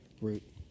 root